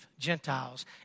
Gentiles